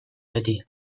beti